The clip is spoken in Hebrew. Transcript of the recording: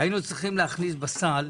היינו צריכים להכניס בסל